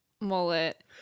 mullet